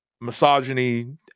misogyny